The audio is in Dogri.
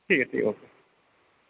ठीक ऐ ठीक ऐ ओके